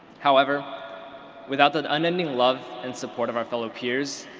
however without the unending love and support of our fellow peers,